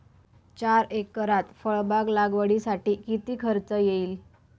चार एकरात फळबाग लागवडीसाठी किती खर्च येईल?